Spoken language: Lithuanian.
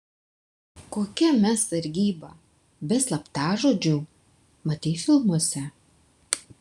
kokia mes sargyba be slaptažodžių matei filmuose